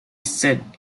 said